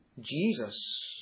Jesus